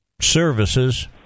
services